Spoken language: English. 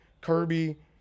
Kirby